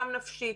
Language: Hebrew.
גם נפשית.